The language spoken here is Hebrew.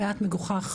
המעט מגוחך